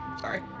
Sorry